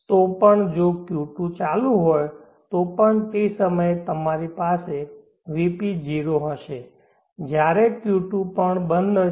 તો પણ જો Q2 ચાલુ હોય તો પણ તે સમયે અમારી પાસે Vp 0 હશે જ્યારે Q2 પણ બંધ હશે